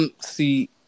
See